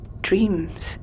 dreams